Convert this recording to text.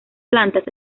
plantas